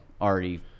already